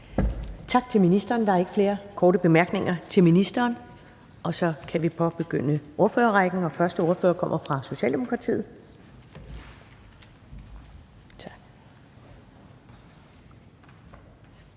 Tak til ministeren. Der er ikke flere korte bemærkninger til ministeren. Så kan vi påbegynde ordførerrækken, og første ordfører kommer fra Socialdemokratiet.